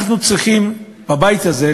אנחנו צריכים בבית הזה,